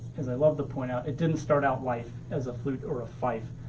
as i love to point out, it didn't start out life as a flute or a fife.